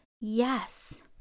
yes